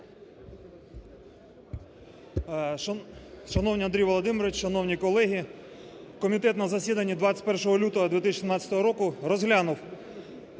Шановний Андрію Володимировичу! Шановні колеги! Комітет на засіданні 21 лютого 2017 року розглянув